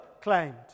claimed